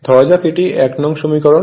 ধরা যাক এটি 1নং সমীকরন